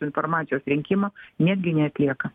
informacijos rinkimo netgi neatlieka